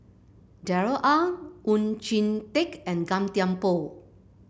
Darrell Ang Oon Jin Teik and Gan Thiam Poh